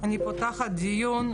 אני פותחת את הדיון,